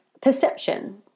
perception